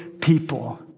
people